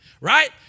right